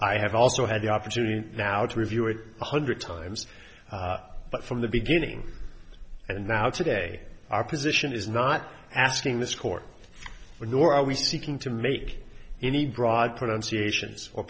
i have also had the opportunity now to review it one hundred times but from the beginning and now today our position is not asking this court for nor are we seeking to make any broad pronunciations or